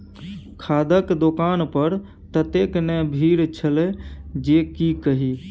खादक दोकान पर ततेक ने भीड़ छल जे की कही